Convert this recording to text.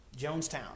Jonestown